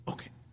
Okay